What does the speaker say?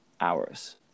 hours